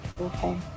Okay